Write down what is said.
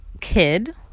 ...kid